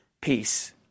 peace